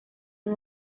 ayo